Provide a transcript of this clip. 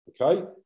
okay